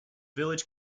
village